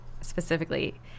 specifically